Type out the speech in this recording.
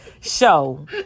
show